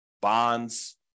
bonds